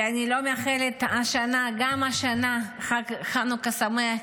ואני לא מאחלת גם השנה חג חנוכה שמח,